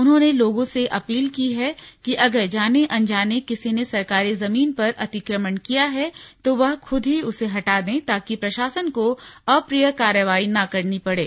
उन्होंने लोगों से अपील की है कि अगर जाने अनजाने किसी ने सरकारी जमीन पर अतिक्रमण किया है तो वह खुद ही उसे हटा दे ताकि प्रशासन को अप्रिय कार्रवाई न करनी पड़े